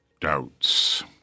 doubts